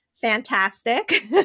fantastic